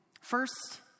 First